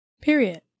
Period